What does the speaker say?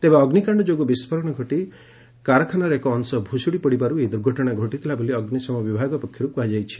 ତେବେ ଅଗ୍ରିକାଶ୍ଡ ଯୋଗୁଁ ବିସ୍ଫୋରଣ ଘଟି କାରଖାନାର ଏକ ଅଂଶ ଭୁଶୁଡ଼ି ପଡ଼ିବାରୁ ଏହି ଦୁର୍ଘଟଣା ଘଟିଥିଲା ବୋଲି ଅଗ୍ରିସମ ବିଭାଗ ପକ୍ଷରୁ କୁହାଯାଇଛି